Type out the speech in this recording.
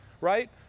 Right